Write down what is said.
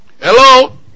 Hello